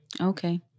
Okay